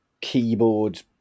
keyboard